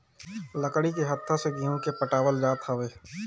लकड़ी के हत्था से गेंहू के पटावल जात हवे